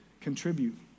contribute